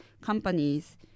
companies